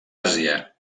àsia